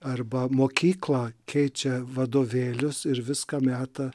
arba mokykla keičia vadovėlius ir viską meta